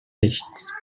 nichts